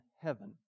heaven